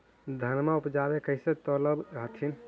धनमा उपजाके कैसे तौलब हखिन?